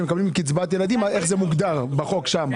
איך זה מוגדר בחוק?